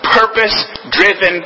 purpose-driven